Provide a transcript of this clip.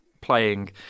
playing